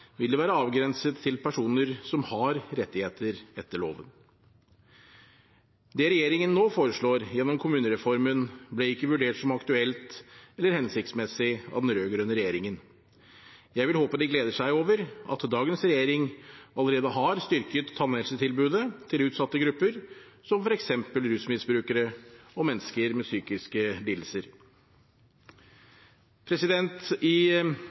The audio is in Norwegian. vil det være avgrenset til personer som har rettigheter etter loven. Det regjeringen nå foreslår gjennom kommunereformen, ble ikke vurdert som aktuelt eller hensiktsmessig av den rød-grønne regjeringen. Jeg vil håpe at de gleder seg over at dagens regjering allerede har styrket tannhelsetilbudet til utsatte grupper, som f.eks. rusmisbrukere og mennesker med psykiske lidelser. I